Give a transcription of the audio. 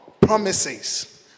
promises